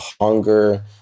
hunger